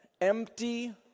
empty